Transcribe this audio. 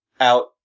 out